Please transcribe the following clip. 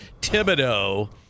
Thibodeau